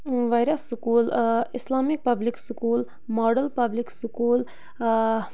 واریاہ school Islamic public school model public school